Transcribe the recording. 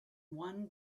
one